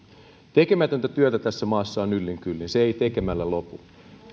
tekemätöntä työtä tässä maassa on yllin kyllin se ei tekemällä lopu